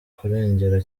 kurengera